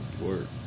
work